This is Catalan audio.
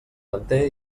manté